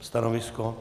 Stanovisko?